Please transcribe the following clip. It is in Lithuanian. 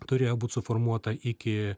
turėjo būt suformuota iki